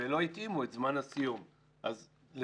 ולא התאימו את זמן הסיום לצערי,